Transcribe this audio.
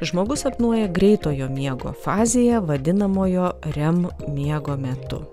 žmogus sapnuoja greitojo miego fazėje vadinamojo rem miego metu